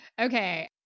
Okay